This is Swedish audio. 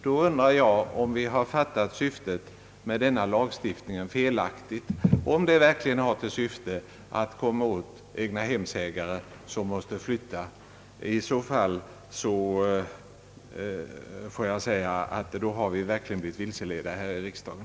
Då undrar jag om vi har fattat syftet med denna lagstiftning felaktigt och om det verkliga syftet är att komma åt egnahemsägare som måste flytta för att få sin utkomst. I så fall har vi verkligen blivit vilseledda här i riksdagen!